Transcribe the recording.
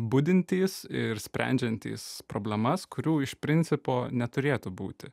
budintys ir sprendžiantys problemas kurių iš principo neturėtų būti